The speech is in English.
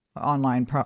online